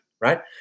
right